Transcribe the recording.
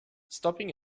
stopping